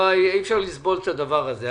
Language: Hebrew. אי-אפשר לסבול את הדבר הזה.